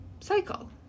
cycle